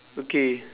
okay